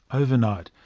overnight,